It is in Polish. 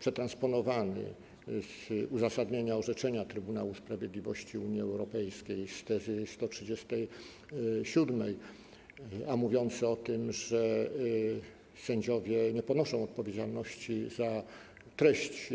przetransponowany z uzasadnienia orzeczenia Trybunału Sprawiedliwości Unii Europejskiej z tezy 137, mówiący o tym, że sędziowie nie ponoszą odpowiedzialności za treść